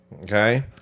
Okay